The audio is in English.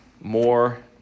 more